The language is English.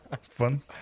fun